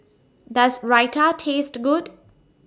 Does Raita Taste Good